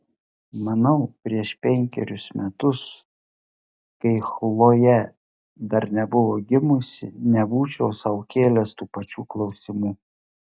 manau prieš penkerius metus kai chlojė dar nebuvo gimusi nebūčiau sau kėlęs tų pačių klausimų